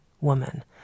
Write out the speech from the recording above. woman